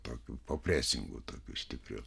tokiu po presingu tokiu stipriu